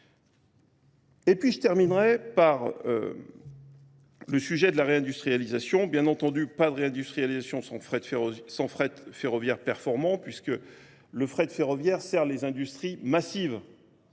Et puis je terminerai par... Le sujet de la réindustrialisation, bien entendu pas de réindustrialisation sans frais de ferroviaire performant puisque le frais de ferroviaire sert les industries massives.